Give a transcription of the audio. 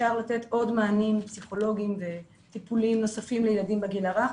אפשר לתת עוד מענים פסיכולוגיים וטיפוליים נוספים לילדים בגיל הרך,